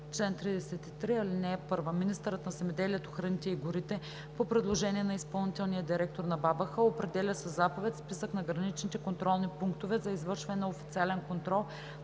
чл. 33: „Чл. 33. (1) Министърът на земеделието, храните и горите по предложение на изпълнителния директор на БАБХ определя със заповед списък на граничните контролни пунктове за извършване на официален контрол